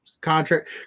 Contract